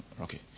Okay